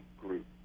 group